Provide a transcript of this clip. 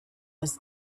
was